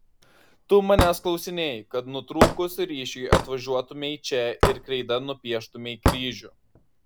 tu manęs klausinėji kad nutrūkus ryšiui atvažiuotumei čia ir kreida nupieštumei kryžių